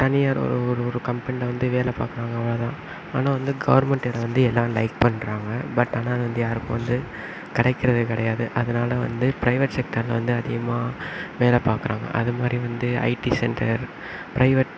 தனியார் ஒரு ஒரு ஒரு கம்பெனியில் வந்து வேலை பார்க்கறாங்க அவ்வளோ தான் ஆனால் வந்து கவர்மெண்ட் இடம் வந்து எல்லாம் லைக் பண்றாங்க பட் ஆனால் அது வந்து யாருக்கும் வந்து கிடைக்கிறது கிடையாது அதனால வந்து பிரைவேட் செக்டாரில் வந்து அதிகமாக வேலை பார்க்கறாங்க அது மாதிரி வந்து ஐடி சென்டர் பிரைவேட்